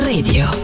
Radio